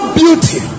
beauty